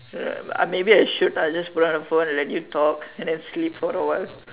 um maybe I should I'll just put down the phone and let you talk and then sleep for a while